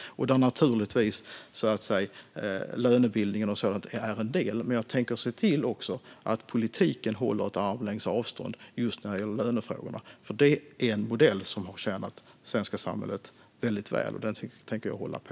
Lönebildning och sådant är naturligtvis en del av detta, men jag tänker också se till att politiken håller armlängds avstånd just när det gäller lönefrågorna. Det är nämligen en modell som har tjänat det svenska samhället väldigt väl, och den tänker jag hålla på.